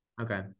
Okay